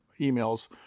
emails